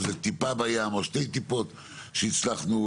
אבל זה טיפה בים או שתי טיפות שהצלחנו